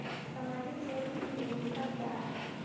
सामाजिक क्षेत्र की भूमिका क्या है?